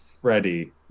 Freddie